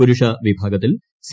പുരുഷവിഭാഗത്തിൽ C